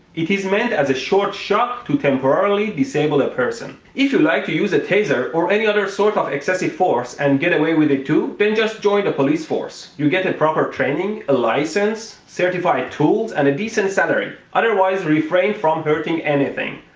it is meant as a short shock to temporarily disable a person. if you'd like to use a taser or any other sort of excessive force and get away with it too, then just join the police force. you get the proper training, a license, certified tools, and a decent salary. otherwise, refrain from hurting anything.